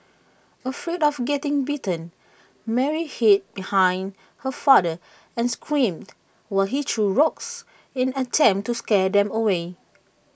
afraid of getting bitten Mary hid behind her father and screamed while he threw rocks in an attempt to scare them away